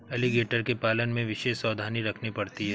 alligator के पालन में विशेष सावधानी रखनी पड़ती है